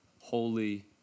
holy